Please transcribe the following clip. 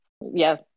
Yes